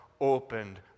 opened